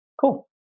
Cool